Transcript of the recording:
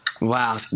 Wow